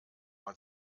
man